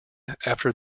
after